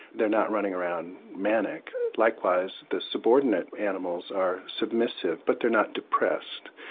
they are not running around manic. likewise the subordinate animals are submissive but they are not depressed.